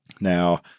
Now